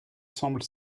semble